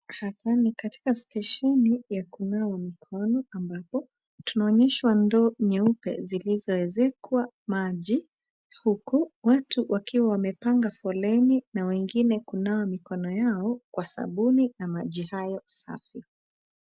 Katika stesheni ya kunawa mikono ambapo tunaonyeshwa ndoo nyeupe zilizoezekwa maji huku watu wakiwa wamepanga foleni na wengine kunawa mikono yao kwa sabuni na maji hayo safi.